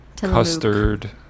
Custard